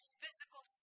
physical